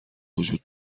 وجود